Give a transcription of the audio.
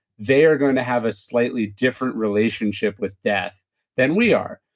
they are going to have a slightly different relationship with death than we are,